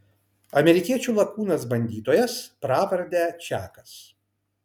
amerikiečių lakūnas bandytojas pravarde čakas